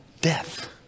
death